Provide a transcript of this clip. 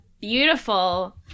beautiful